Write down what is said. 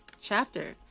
chapter